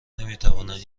نمیتوانند